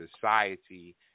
society